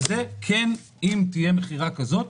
אם תהיה מכירה כזאת,